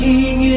King